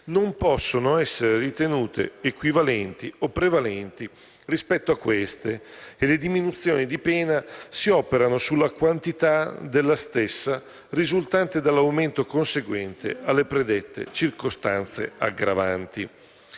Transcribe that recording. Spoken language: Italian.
non possono essere ritenute equivalenti o prevalenti rispetto a queste e le diminuzioni di pena si operano sulla quantità della stessa risultante dall'aumento conseguente alle predette circostanze aggravanti.